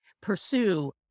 pursue